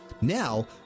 Now